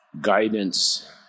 guidance